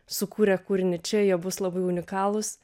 sukūrę kūrinį čia jie bus labai unikalūs